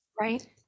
Right